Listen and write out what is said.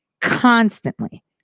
Constantly